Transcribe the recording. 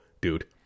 dude